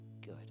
good